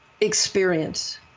experience